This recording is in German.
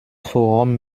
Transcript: forum